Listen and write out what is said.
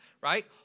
right